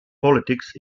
politics